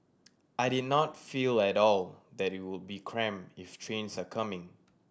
I did not feel at all that it would be cramped if trains are coming